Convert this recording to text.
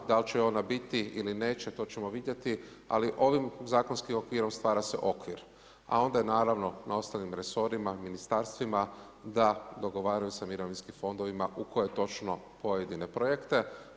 Da li će ona biti ili neće, to ćemo vidjeti, ali ovim zakonskim okvirom stvara se okvir, a onda naravno na ostalim resorima, ministarstvima da dogovaraju sa mirovinskim fondovima, u koje točno pojedine projekte.